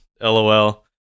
Lol